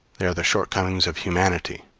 they are the shortcomings of humanity,